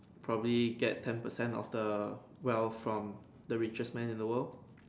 probably get ten percent of the wealth from the richest man in the world